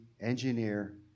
engineer